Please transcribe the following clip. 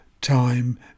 time